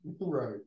Right